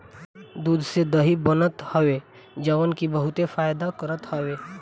दूध से दही बनत हवे जवन की बहुते फायदा करत हवे